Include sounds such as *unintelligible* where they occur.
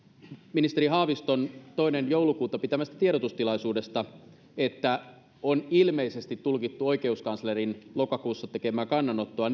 ministeri haaviston toinen joulukuuta pitämästä tiedotustilaisuudesta että on ilmeisesti tulkittu oikeuskanslerin lokakuussa tekemää kannanottoa *unintelligible*